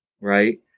right